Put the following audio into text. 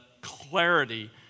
clarity